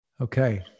Okay